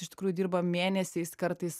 iš tikrųjų dirba mėnesiais kartais